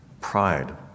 pride